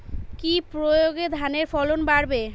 কি প্রয়গে ধানের ফলন বাড়বে?